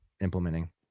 implementing